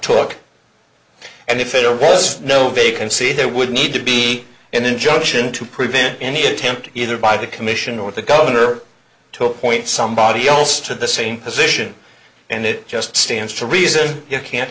ok and if there was no vacancy there would need to be an injunction to prevent any attempt either by the commission or the governor to appoint somebody else to the same position and it just stands to reason you can't